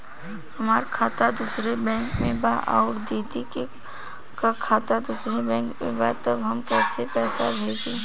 हमार खाता दूसरे बैंक में बा अउर दीदी का खाता दूसरे बैंक में बा तब हम कैसे पैसा भेजी?